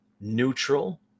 neutral